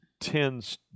tends